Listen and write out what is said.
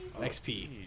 XP